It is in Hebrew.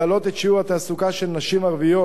להעלות את שיעור התעסוקה של נשים ערביות